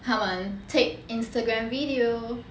他们 take instagram video